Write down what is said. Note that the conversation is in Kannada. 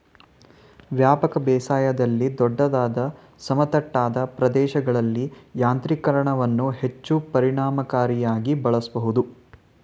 ವ್ಯಾಪಕ ಬೇಸಾಯದಲ್ಲಿ ದೊಡ್ಡದಾದ ಸಮತಟ್ಟಾದ ಪ್ರದೇಶಗಳಲ್ಲಿ ಯಾಂತ್ರೀಕರಣವನ್ನು ಹೆಚ್ಚು ಪರಿಣಾಮಕಾರಿಯಾಗಿ ಬಳಸ್ಬೋದು